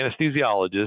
anesthesiologist